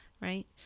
right